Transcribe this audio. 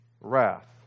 wrath